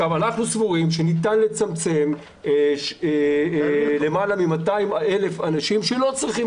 אנחנו סבורים שניתן לצמצם למעלה מ-200,000 אנשים שלא צריכים